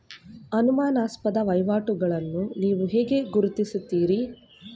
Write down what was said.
ಅನುಮಾನಾಸ್ಪದ ವಹಿವಾಟುಗಳನ್ನು ನೀವು ಹೇಗೆ ಗುರುತಿಸುತ್ತೀರಿ?